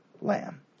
lamb